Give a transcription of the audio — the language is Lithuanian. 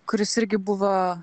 kuris irgi buvo